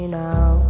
now